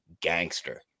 gangster